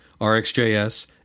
RxJS